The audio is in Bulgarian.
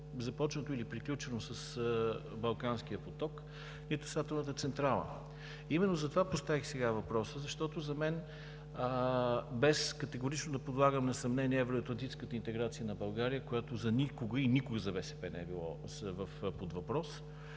започнато или приключено с Балкански поток, нито с атомната централа. Именно затова поставих сега въпроса, защото, без категорично да подлагам на съмнение евроатлантическата интеграция на България, която за никого и никога за БСП не е била под въпрос